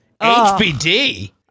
HBD